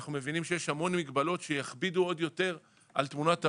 אנחנו מבינים שיש המון מגבלות שיכבידו עוד יותר על תמונת העוני,